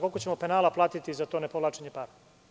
Koliko ćemo penala platiti za to nepovlačenje para?